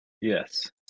Yes